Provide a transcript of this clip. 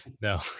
No